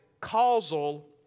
causal